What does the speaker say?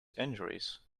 injuries